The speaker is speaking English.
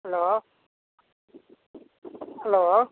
hello hello